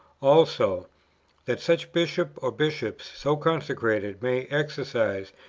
also that such bishop or bishops, so consecrated, may exercise,